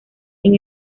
sin